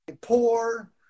poor